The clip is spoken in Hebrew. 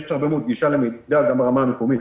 יש הרבה מאוד גישה למידע גם ברמה המקומית,